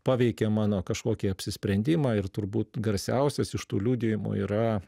paveikė mano kažkokį apsisprendimą ir turbūt garsiausias iš tų liudijimų yra